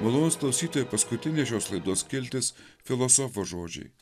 malonūs klausytojai paskutinė šios laidos skiltis filosofo žodžiai